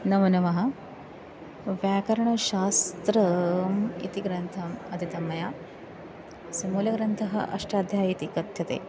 नमो नमः व्याकरणशास्त्रम् इति ग्रन्थम् अधीतं मया सः मूलग्रन्थः अष्टाध्यायी इति कथ्यते